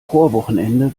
chorwochenende